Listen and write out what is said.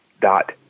dot